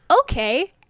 okay